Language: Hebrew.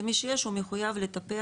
למי שיש הוא מחויב לטפח,